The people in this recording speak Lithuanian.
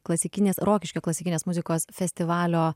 klasikinės rokiškio klasikinės muzikos festivalio